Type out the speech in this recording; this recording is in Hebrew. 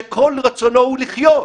שכל רצונו הוא לחיות.